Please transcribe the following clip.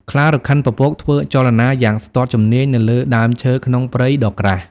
ខ្លារខិនពពកធ្វើចលនាយ៉ាងស្ទាត់ជំនាញនៅលើដើមឈើក្នុងព្រៃដ៏ក្រាស់។